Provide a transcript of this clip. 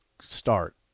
Start